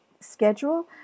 schedule